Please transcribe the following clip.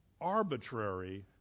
arbitrary